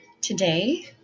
Today